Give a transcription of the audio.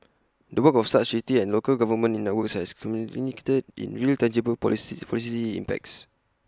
the work of such city and local government in networks has in real tangible policy policy impacts